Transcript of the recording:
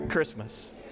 CHRISTMAS